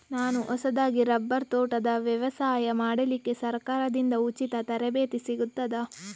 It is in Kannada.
ನಾನು ಹೊಸದಾಗಿ ರಬ್ಬರ್ ತೋಟದ ವ್ಯವಸಾಯ ಮಾಡಲಿಕ್ಕೆ ಸರಕಾರದಿಂದ ಉಚಿತ ತರಬೇತಿ ಸಿಗುತ್ತದಾ?